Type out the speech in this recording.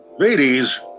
Ladies